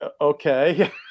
Okay